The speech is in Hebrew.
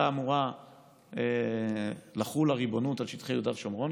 חוץ מזה שהייתה אמורה לחול הריבונות על שטחי יהודה ושומרון,